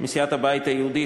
מסיעת הבית היהודי,